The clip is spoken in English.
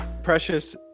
Precious